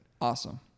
Awesome